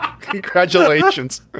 Congratulations